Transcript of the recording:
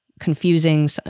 confusing